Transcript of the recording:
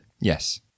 Yes